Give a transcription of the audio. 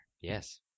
Yes